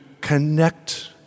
connect